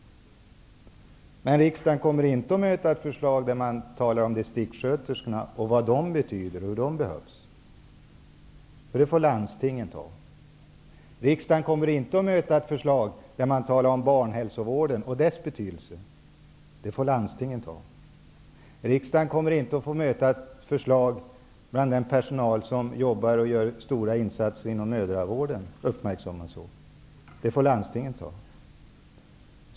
Men riksdagen kommer inte att möta något förslag där man talar om distriktssköterskorna och vad de betyder och hur de behövs. Det får landstingen ta. Riksdagen kommer inte att möta ett förslag där man talar om barnhälsovården och dess betydelse. Det får landstingen ta. Riksdagen kommer inte att få möta ett förslag om den personal som jobbar och gör stora insatser inom mödravården. Det får landstingen ta.